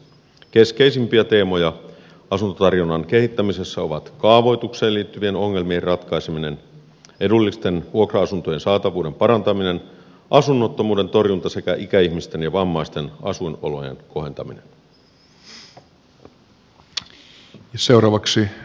keskeisimpiä teemoja asuntotarjonnan kehittämisessä ovat kaavoitukseen liittyvien ongelmien ratkaiseminen edullisten vuokra asuntojen saatavuuden parantaminen asunnottomuuden torjunta sekä ikäihmisten ja vammaisten asuinolojen kohentaminen